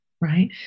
right